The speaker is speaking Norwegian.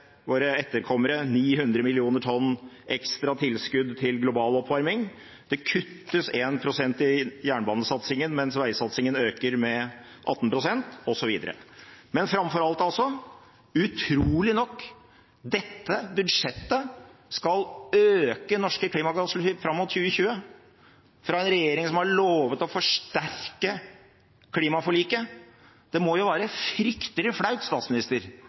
våre etterkommere 900 millioner tonn ekstra tilskudd til global oppvarming. Det kuttes 1 pst. i jernbanesatsingen, mens veisatsingen økes med 18 pst. osv. Men framfor alt skal altså dette budsjettet, utrolig nok, øke norske klimagassutslipp fram mot 2020 – fra en regjering som har lovet å forsterke klimaforliket. Det må jo være fryktelig flaut